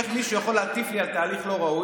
איך מישהו יכול להטיף לי על תהליך לא ראוי,